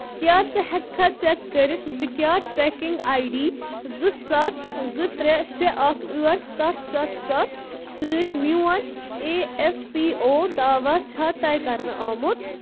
کیٛاہ ژٕ ہیٚککھا چیک کٔرتھ زِ کیٛاہ ٹریکنگ آی ڈی زٕ سَتھ زٕ ترٛے شیٚے اکھ ٲٹھ سَتھ سَتھ سَتھ سۭتۍ میون اے ایف پی او داواہ چھا طے کَرنہٕ آمُت؟